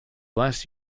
last